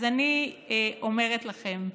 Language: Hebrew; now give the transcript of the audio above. אז אני אומרת לכם,